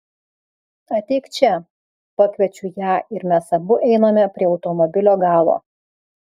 ateik čia pakviečiu ją ir mes abu einame prie automobilio galo